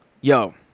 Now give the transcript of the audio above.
yo